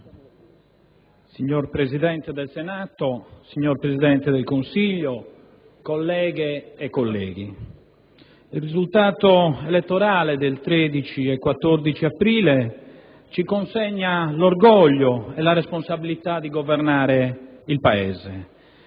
Signor Presidente, signor Presidente del Consiglio, colleghe e colleghi, il risultato elettorale del 13 e 14 aprile ci consegna l'orgoglio e la responsabilità di governare il Paese.